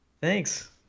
thanks